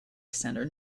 centre